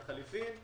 ולחליפין,